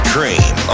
Cream